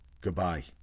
Goodbye